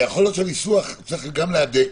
יכול להיות שאת הניסוח צריך להדק,